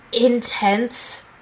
intense